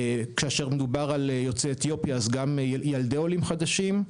כאשר מדובר על יוצאי אתיופיה אז גם ילדי עולים חדשים,